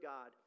God